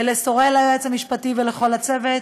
לסורל היועץ המשפטי ולכל הצוות.